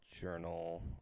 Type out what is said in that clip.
journal